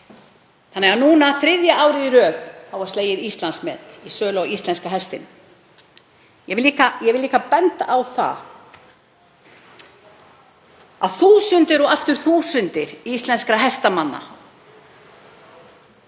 árangri. Núna þriðja árið í röð var slegið Íslandsmet í sölu á íslenska hestinum. Ég vil líka benda á það að þúsundir og aftur þúsundir íslenskra hestamanna